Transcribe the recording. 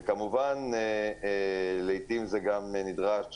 וכמובן לעתים זה גם נדרש